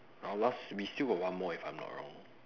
our last we still got one more eh if I'm not wrong